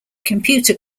computer